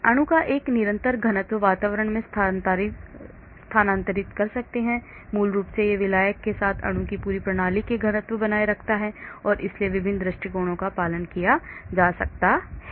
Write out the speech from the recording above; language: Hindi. अणु एक निरंतर घनत्व वातावरण में स्थानांतरित कर सकते हैं मूल रूप से यह विलायक के साथ अणु की पूरी प्रणाली के घनत्व को बनाए रखता है इसलिए विभिन्न दृष्टिकोणों का पालन किया जा सकता है